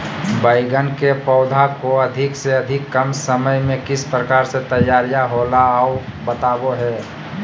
बैगन के पौधा को अधिक से अधिक कम समय में किस प्रकार से तैयारियां होला औ बताबो है?